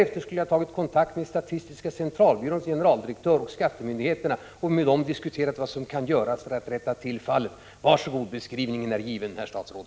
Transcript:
Sedan skulle jag ha satt mig i förbindelse med statistiska centralbyråns generaldirektör och skattemyndigheterna för att med dem diskutera vad som kan göras för att rätta till det hela. Var så god, beskrivningen är given, herr statsråd!